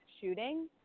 shooting